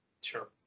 Sure